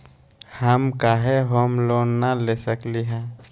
हम काहे home loan न ले सकली ह?